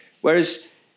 Whereas